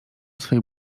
swej